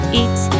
eat